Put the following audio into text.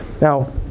Now